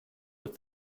with